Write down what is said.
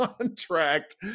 contract